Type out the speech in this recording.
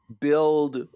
build